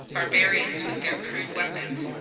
barbarians with their crude weapons,